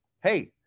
hey